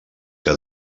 que